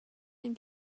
این